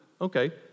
Okay